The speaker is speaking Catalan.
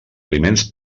aliments